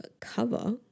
cover